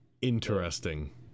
Interesting